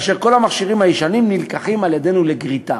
וכל המכשירים הישנים נלקחים על-ידינו לגריטה,